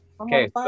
Okay